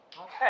okay